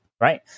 right